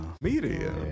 media